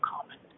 common